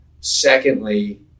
Secondly